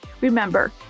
Remember